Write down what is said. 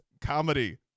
comedy